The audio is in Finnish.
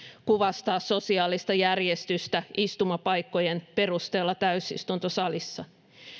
kuvastaa sosiaalista järjestystä istumapaikkojen perusteella täysistuntosalissa